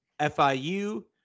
FIU